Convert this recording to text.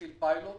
מתחיל פיילוט,